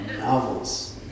novels